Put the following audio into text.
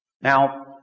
Now